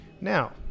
Now